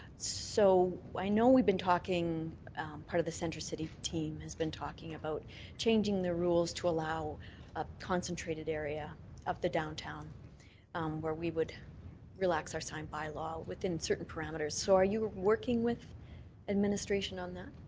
so i know we've been talking part of the centre city team has been talking about changing the rules to allow ah concentrated area of the downtown where we would relax our sign bylaw within certain parameters. so are you working with administration on that?